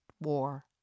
war